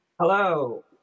Hello